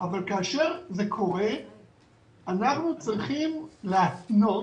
אבל כאשר זה קורה אנחנו צריכים להתנות